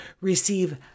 receive